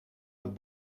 het